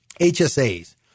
HSAs